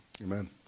Amen